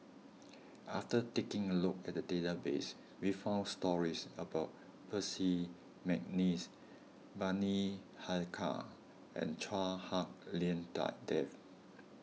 after taking a look at the database we found stories about Percy McNeice Bani Haykal and Chua Hak Lien Da Dave